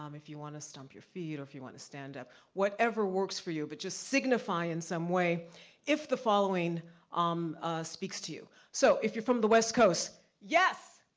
um if you wanna stomp your feet or if you wanna stand up, whatever works for you, but just signify in some way if the following um speaks to you. so if you're from the west coast. yes!